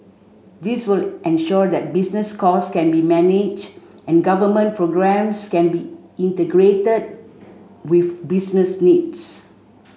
this will ensure that business costs can be managed and government programmes can be integrated with business needs